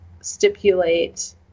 stipulate